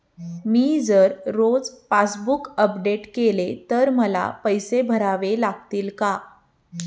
मी जर रोज passbook update केले तर मला पैसे भरावे लागतील का?